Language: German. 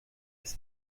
was